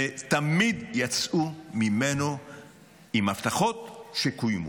ותמיד יצאו ממנו עם הבטחות שקוימו.